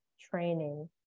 training